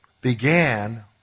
began